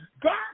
God